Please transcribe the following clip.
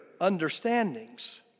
understandings